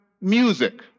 music